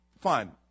fine